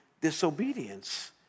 disobedience